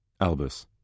Albus